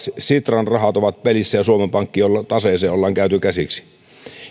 sitran rahat ovat pelissä ja suomen pankin taseeseen ollaan käyty käsiksi